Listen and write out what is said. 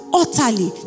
utterly